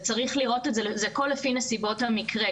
צריך לראות את זה, זה הכל לפי נסיבות המקרה.